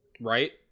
right